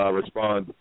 respond